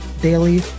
daily